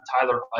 Tyler